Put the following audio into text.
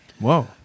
Whoa